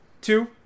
two